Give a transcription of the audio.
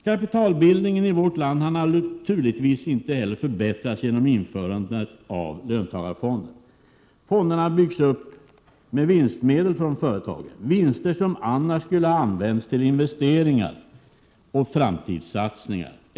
Kapitalbildningen i vårt land har naturligtvis inte heller förbättrats genom införandet av löntagarfonder. Fonderna byggs ju upp med vinstmedel från företagen, vinster som annars skulle ha använts till investeringar och framtidssatsningar.